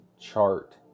chart